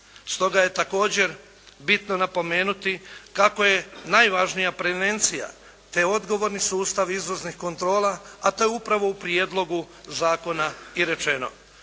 Stoga je također bitno napomenuti kako je najvažnija prevencija te odgovorni sustav izvoznih kontrola a to je upravo u prijedlogu zakona i rečeno.